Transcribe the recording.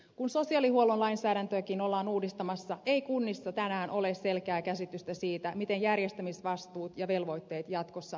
kun sosiaalihuollon lainsäädäntöäkin ollaan uudistamassa ei kunnissa tänään ole selkeää käsitystä siitä miten järjestämisvastuut ja velvoitteet jatkossa määräytyvät